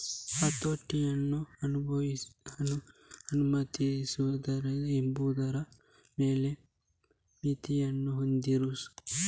ಹತೋಟಿಯನ್ನು ಅನುಮತಿಸುತ್ತದೆ ಎಂಬುದರ ಮೇಲೆ ಮಿತಿಯನ್ನು ಹೊಂದಿಸುತ್ತದೆ